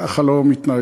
ככה לא מתנהגים,